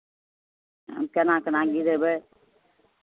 आब केना केना गिरेबै